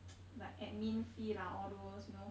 like admin fee lah all those you know